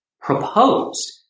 proposed